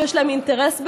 שיש להן אינטרס בהגירה.